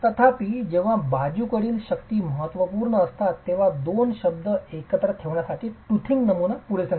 तथापि जेव्हा बाजूकडील शक्ती महत्त्वपूर्ण असतात तेव्हा दोन शब्द एकत्र ठेवण्यासाठी टूथिंग नमुना पुरेसे नसते